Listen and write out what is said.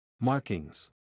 Markings